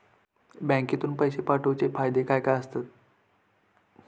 बँकेतून पैशे पाठवूचे फायदे काय असतत?